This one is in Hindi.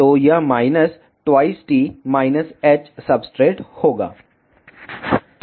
तो यह minus twice t minus h substrate होगा